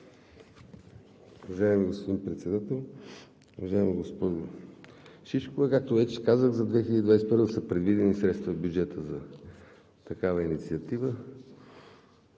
Уважаеми господин Председател! Уважаема госпожа Шишкова, както вече казах, за 2021 г. са предвидени средства в бюджета за такава инициатива.